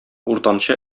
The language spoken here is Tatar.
уртанчы